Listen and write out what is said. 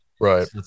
right